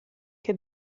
che